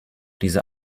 diese